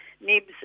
Nibs